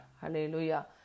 Hallelujah